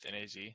NAZ